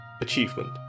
achievement